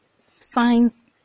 Signs